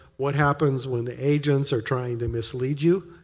what happens when the agents are trying to mislead you?